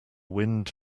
wind